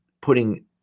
putting